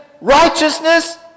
righteousness